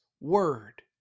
Word